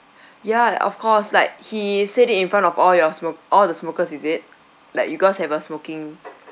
ya of course like he said it in front of all your smoke~ all the smokers is it like you guys have uh smoking